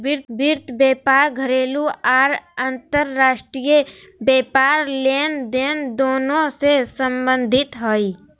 वित्त व्यापार घरेलू आर अंतर्राष्ट्रीय व्यापार लेनदेन दोनों से संबंधित हइ